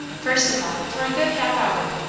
first of all, for a good half hour,